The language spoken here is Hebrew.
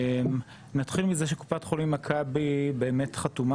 נתחיל מזה שקופת חולים מכבי באמת חתומה